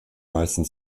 meisten